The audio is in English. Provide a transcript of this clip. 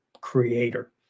creator